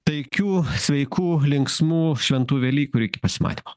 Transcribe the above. taikių sveikų linksmų šventų velykų ir iki pasimatymo